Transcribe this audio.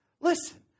Listen